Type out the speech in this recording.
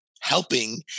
helping